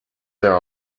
there